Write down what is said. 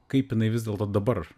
kaip jinai vis dėlto dabar